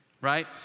right